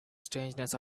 strangeness